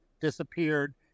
disappeared